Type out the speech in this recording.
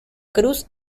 cruz